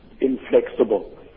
inflexible